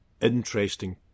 interesting